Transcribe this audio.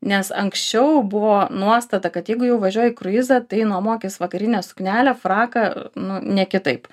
nes anksčiau buvo nuostata kad jeigu jau važiuoji į kruizą tai nuomokis vakarinę suknelę fraką nu ne kitaip